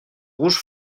rouge